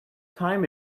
time